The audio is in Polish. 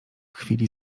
chwili